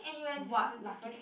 what lucky